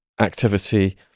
activity